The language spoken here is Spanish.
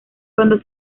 cuando